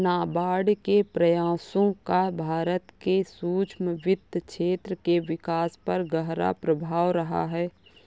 नाबार्ड के प्रयासों का भारत के सूक्ष्म वित्त क्षेत्र के विकास पर गहरा प्रभाव रहा है